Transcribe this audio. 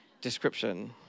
description